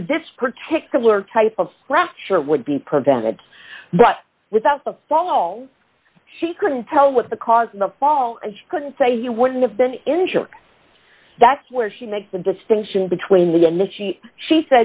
then this particular type of structure would be prevented but without the fall she couldn't tell what the cause of the fall and she couldn't say he wouldn't have been injured that's where she makes a distinction between the